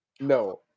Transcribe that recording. No